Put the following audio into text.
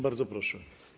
Bardzo proszę.